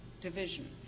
division